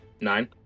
Nine